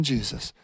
Jesus